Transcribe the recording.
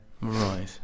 Right